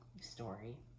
story